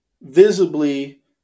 visibly